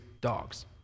dogs